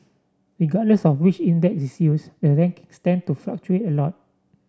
regardless of which index is use the rank tend to fluctuate a lot